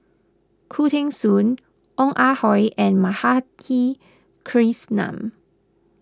Khoo Teng Soon Ong Ah Hoi and Madhavi Krishnan